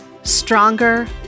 stronger